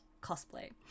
cosplay